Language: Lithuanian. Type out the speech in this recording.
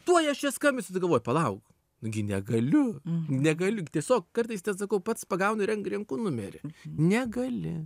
tuoj aš čia skambinsiu tada galvoju palauk nu gi negaliu negaliu tiesiog kartais tai sakau pats pagaunu renk renku numerį negali